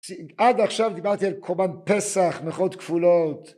עד עכשיו דיברתי על קומן פסח, מירכאות כפולות.